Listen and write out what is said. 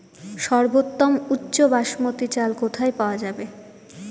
সর্বোওম উচ্চ বাসমতী চাল কোথায় পওয়া যাবে?